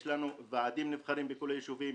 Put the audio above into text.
יש לנו ועדים נבחרים בכל היישובים,